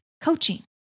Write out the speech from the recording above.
coaching